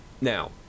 Now